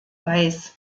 weiß